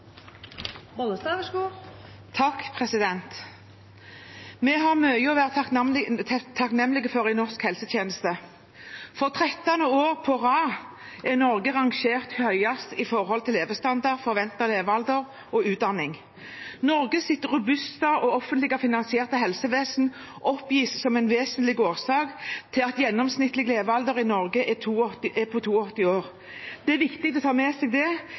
Norge rangert høyest når det gjelder levestandard, forventet levealder og utdanning. Norges robuste og offentlig finansierte helsevesen oppgis som en vesentlig årsak til at gjennomsnittlig levealder i Norge er 82 år. Det er viktig å ta med seg det